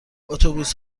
اتوبوس